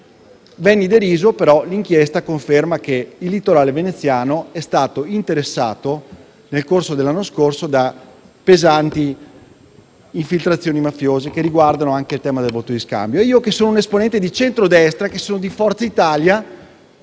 venni deriso; eppure, l'inchiesta conferma che il litorale veneziano è stato interessato, nel corso dell'anno passato, da pesanti infiltrazioni mafiose, e c'è di mezzo anche il tema del voto di scambio. Dicevo, io, che sono un esponente di centrodestra, di Forza Italia,